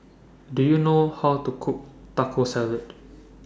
Do YOU know How to Cook Taco Salad